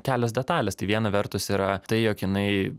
kelios detalės tai viena vertus yra tai jog jinai